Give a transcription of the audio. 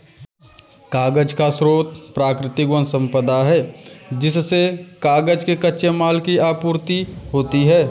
कागज का स्रोत प्राकृतिक वन सम्पदा है जिससे कागज के कच्चे माल की आपूर्ति होती है